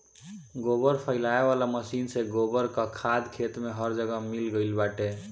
गोबर फइलावे वाला मशीन से गोबर कअ खाद खेत में हर जगह मिल गइल बाटे